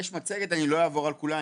יש מצגת, אני לא אעבור על כולה.